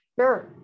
Sure